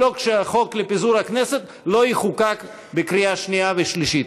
החקיקה כל עוד החוק לפיזור הכנסת לא יחוקק בקריאה שנייה ושלישית.